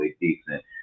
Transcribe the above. decent